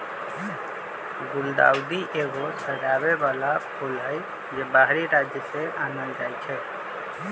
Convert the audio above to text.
गुलदाऊदी एगो सजाबे बला फूल हई, जे बाहरी राज्य से आनल जाइ छै